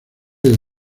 del